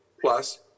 plus